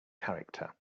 character